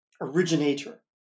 originator